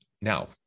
now